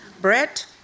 Brett